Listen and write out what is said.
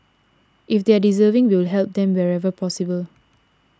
if they are deserving we will help them wherever possible